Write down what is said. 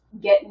get